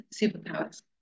superpowers